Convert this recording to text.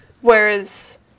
whereas